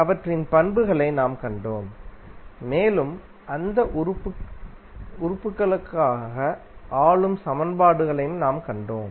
அவற்றின் பண்புகளை நாம் கண்டோம் மேலும் அந்த உறுப்புகளுக்கான ஆளும் சமன்பாடுகளையும் நாம் கண்டோம்